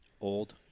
Old